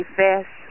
fast